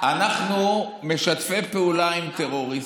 ואנחנו משתפי פעולה עם טרוריסטים,